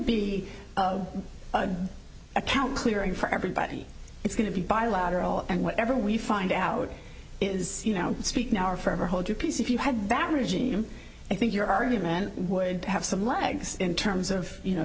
be a count clearing for everybody it's going to be bilateral and whatever we find out is you know speak now or forever hold your peace if you had that regime i think your argument would have some legs in terms of you know